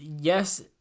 Yes